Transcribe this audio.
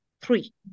three